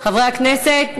חברי הכנסת,